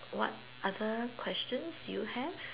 what other questions do you have